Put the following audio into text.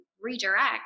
redirect